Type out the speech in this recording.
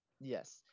yes